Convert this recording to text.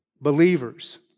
believers